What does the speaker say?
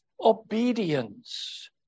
obedience